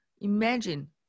imagine